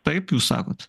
taip jūs sakot